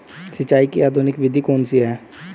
सिंचाई की आधुनिक विधि कौन सी है?